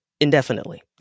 indefinitely